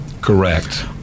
Correct